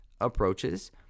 approaches